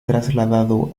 trasladado